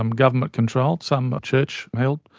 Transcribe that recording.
um government controlled, some church held.